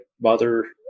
mother